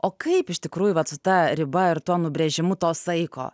o kaip iš tikrųjų vat su ta riba ir tuo nubrėžimu to saiko